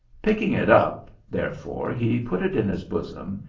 picking it up, therefore, he put it in his bosom,